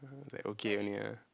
like okay only lah